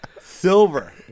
Silver